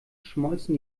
schmolzen